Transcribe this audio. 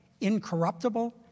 incorruptible